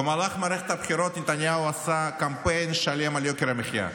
במהלך מערכת הבחירות נתניהו עשה קמפיין שלם על יוקר המחיה,